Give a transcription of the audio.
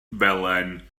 felen